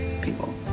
people